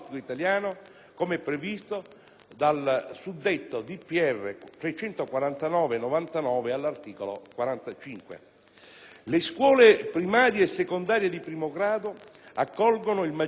394 del 1999, all'articolo 45. Le scuole primarie e secondarie di primo grado accolgono il maggior numero di allievi di origine straniera,